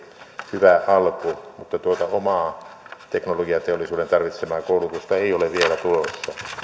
hyvä alku mutta tuota omaa teknologiateollisuuden tarvitsemaa koulutusta ei ole vielä tulossa